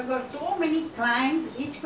அதே வேலய:athae velaiya pattern work மாதிரி:maathiri